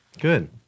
Good